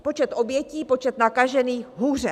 Počet obětí, počet nakažených: hůře.